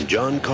John